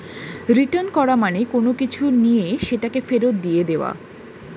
return করা মানে কোনো কিছু নিয়ে সেটাকে ফেরত দিয়ে দেওয়া